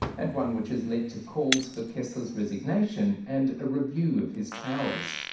and one which has led to calls for kessler's resignation and a review of his powers.